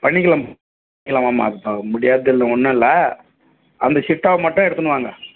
பண்ணிக்கலாம் வாம்மா முடியாததுன்னு ஒன்றும் இல்லை அந்த சிட்டாவை மட்டும் எடுத்துன்னு வாங்க